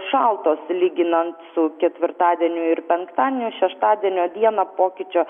šaltos lyginant su ketvirtadieniu ir penktadieniu šeštadienio dieną pokyčio